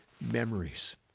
memories